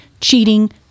cheating